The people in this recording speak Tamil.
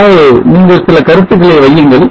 ஆனால் நீங்கள் சில கருத்துக்களை வையுங்கள்